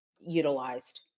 utilized